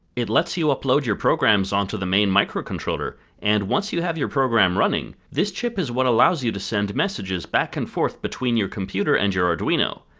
it lets you upload your programs onto the main microcontroller, and once you have your program running, this chip is what allows you to send messages back and forth between your computer and your arduino.